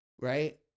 right